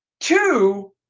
Two